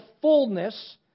fullness